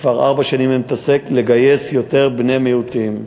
כבר ארבע שנים אני מתעסק בלגייס יותר בני מיעוטים.